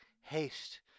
haste